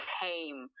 came